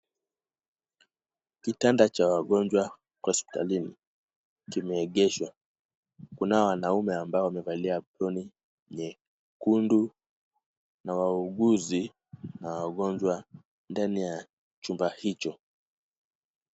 Kitanda cha wagonjwa kwa hospitalini kimeegeshwa. Kunao wanaume ambao wamevalia aproni nyekundu na wauguzi na wagonjwa ndani ya chumba hicho.